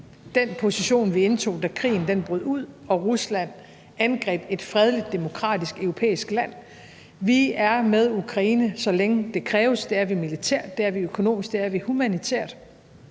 den position, vi indtog, da krigen brød ud og Rusland angreb et fredeligt, demokratisk europæisk land. Vi er med Ukraine, så længe det kræves. Det er vi militært; det er vi økonomisk; det er vi humanitært.